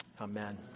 Amen